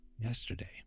yesterday